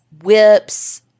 whips